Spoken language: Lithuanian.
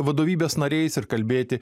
vadovybės nariais ir kalbėti